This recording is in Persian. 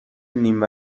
نیم